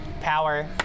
power